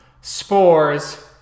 spores